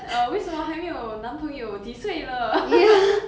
uh 为什么还没有男朋友几岁了